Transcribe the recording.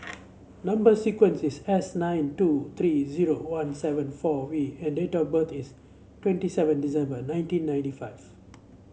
number sequence is S nine two three zero one seven four V and date of birth is twenty seven December nineteen ninety five